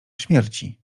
śmierci